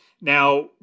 Now